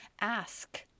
ask